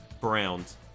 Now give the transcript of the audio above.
Browns